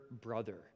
brother